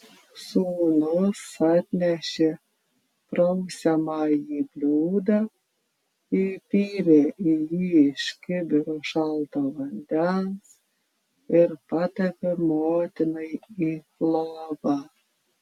sūnus atnešė prausiamąjį bliūdą įpylė į jį iš kibiro šalto vandens ir padavė motinai į lovą